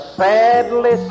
sadly